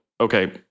okay